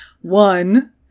One